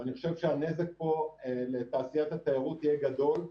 ואני חושב שהנזק לתעשיית התיירות יהיה גדול,